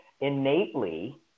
innately